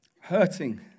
hurting